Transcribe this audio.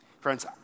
Friends